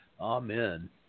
Amen